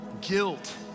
guilt